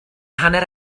hanner